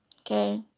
Okay